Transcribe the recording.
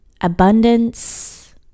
abundance